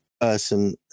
person